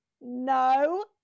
no